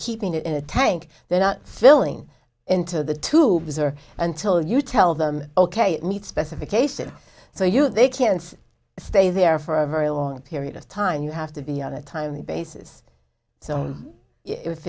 keeping it in a tank they're not filling into the tubes or until you tell them ok it needs specification so you know they can't stay there for a very long period of time you have to be on a timely basis so